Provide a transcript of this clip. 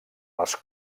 les